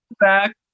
back